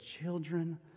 children